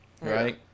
Right